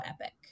epic